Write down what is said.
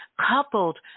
coupled